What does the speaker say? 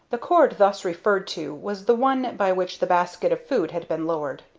the cord thus referred to was the one by which the basket of food had been lowered.